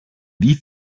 wie